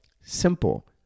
simple